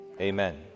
Amen